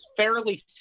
fairly